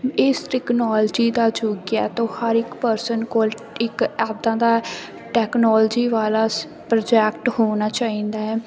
ਇਸ ਟੈਕਨੋਲਜੀ ਦਾ ਯੁੱਗ ਹੈ ਤੋ ਹਰ ਇੱਕ ਪਰਸਨ ਕੋਲ ਇੱਕ ਇੱਦਾਂ ਦਾ ਟੈਕਨੋਲਜੀ ਵਾਲਾ ਸ ਪ੍ਰੋਜੈਕਟ ਹੋਣਾ ਚਾਹੀਦਾ